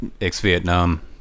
ex-vietnam